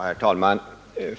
Herr talman!